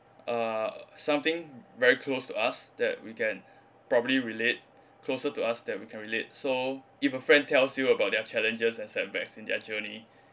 uh something very close to us that we can probably relate closer to us that we can relate so if a friend tells you about their challenges and setbacks in their journey